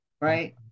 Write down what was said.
Right